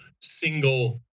single